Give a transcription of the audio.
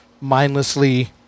mindlessly